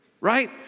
right